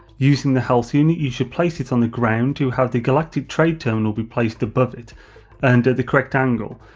using the health unit you should place it on the ground to have the glactic trade terminal be placed above it and at the correct angle,